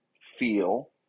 feel